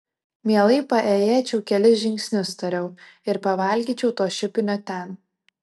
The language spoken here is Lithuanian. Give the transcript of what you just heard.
mielai paėjėčiau kelis žingsnius tariau ir pavalgyčiau to šiupinio ten